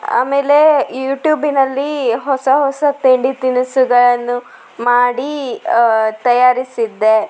ಆಮೇಲೆ ಯೂಟ್ಯೂಬಿನಲ್ಲಿ ಹೊಸ ಹೊಸ ತಿಂಡಿ ತಿನಿಸುಗಳನ್ನು ಮಾಡಿ ತಯಾರಿಸಿದ್ದೆ